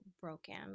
broken